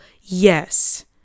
yes